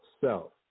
self